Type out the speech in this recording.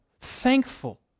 thankful